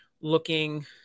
looking